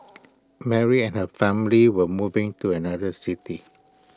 Mary and her family were moving to another city